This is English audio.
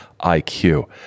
IQ